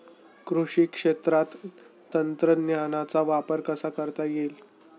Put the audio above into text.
कृषी क्षेत्रात तंत्रज्ञानाचा वापर कसा करता येईल?